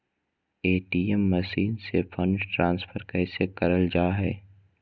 ATM machine से fund transfer कैसे करल जा है?